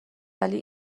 ولی